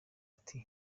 ati